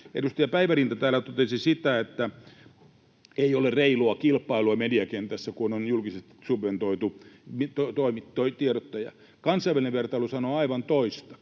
Edustaja Päivärinta täällä totesi, että ei ole reilua kilpailua mediakentässä, kun on julkisesti subventoitu tiedottaja. Kansainvälinen vertailu sanoo aivan toista: